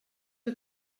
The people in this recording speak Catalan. que